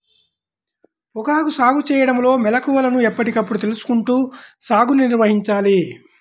పొగాకు సాగు చేయడంలో మెళుకువలను ఎప్పటికప్పుడు తెలుసుకుంటూ సాగుని నిర్వహించాలి